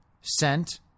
sent